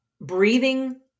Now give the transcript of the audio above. breathing